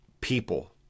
people